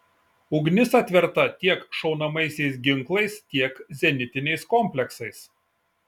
ugnis atverta tiek šaunamaisiais ginklais tiek zenitiniais kompleksais